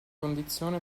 condizione